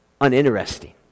uninteresting